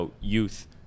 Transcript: youth